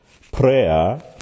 prayer